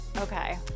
Okay